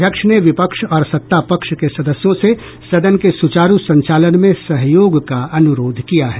अध्यक्ष ने विपक्ष और सत्तापक्ष के सदस्यों से सदन के सुचारू संचालन में सहयोग का अनुरोध किया है